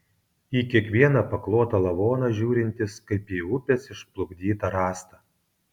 į kiekvieną paklotą lavoną žiūrintis kaip į upės išplukdytą rąstą